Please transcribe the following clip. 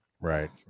Right